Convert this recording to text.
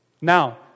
Now